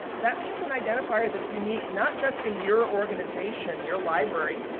that means an identifier that's unique not just in your organization, your library.